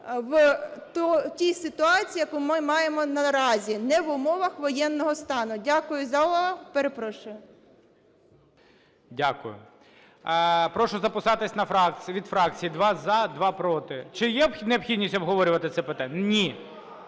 в тій ситуації, яку ми маємо наразі не в умовах воєнного стану. Дякую, зала. Перепрошую. ГОЛОВУЮЧИЙ. Дякую. Прошу записатися від фракцій: два – за, два – проти. Чи є необхідність обговорювати це питання? Ні.